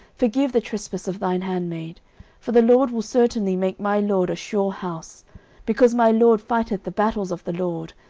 forgive the trespass of thine handmaid for the lord will certainly make my lord a sure house because my lord fighteth the battles of the lord,